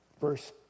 Verse